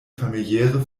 familiäre